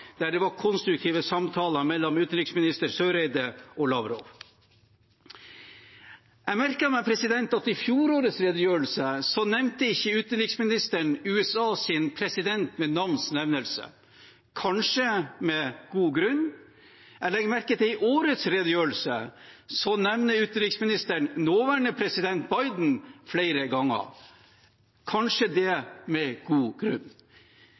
der det var konstruktive samtaler mellom utenriksminister Eriksen Søreide og Lavrov. Jeg merket meg at i fjorårets redegjørelse nevnte ikke utenriksministeren USAs president ved navns nevnelse – kanskje med god grunn. Jeg legger merke til at i årets redegjørelse nevner utenriksministeren nåværende president, Biden, flere ganger – kanskje med god grunn.